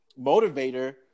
motivator